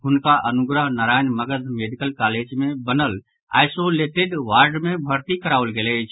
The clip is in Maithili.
हुनका अनुग्रह नारायण मगध मेडिकल कॉलेज मे बनल आइसोलेटेड वार्ड मे भर्ती कराओल गेल अछि